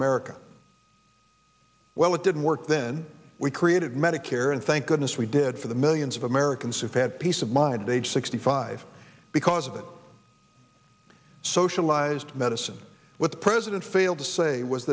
america well it didn't work then we created medicare and thank goodness we did for the millions of americans who had peace of mind age sixty five because of that socialized medicine what the president failed to say was